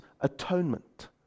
atonement